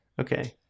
Okay